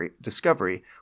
discovery